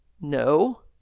no